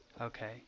okay